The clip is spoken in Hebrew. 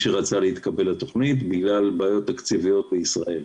שרצה להתקבל לתוכנית בגלל בעיות תקציביות בישראל,